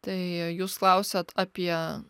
tai jūs klausiat apie